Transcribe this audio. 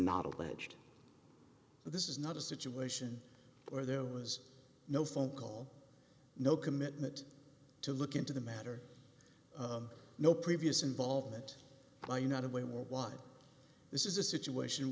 not alleged this is not a situation where there was no phone call no commitment to look into the matter no previous involvement by united way worldwide this is a situation